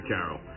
Carol